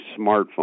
smartphone